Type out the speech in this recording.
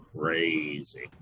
crazy